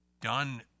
done